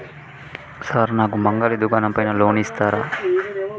Sir నాకు మంగలి దుకాణం పైన లోన్ ఇత్తరా?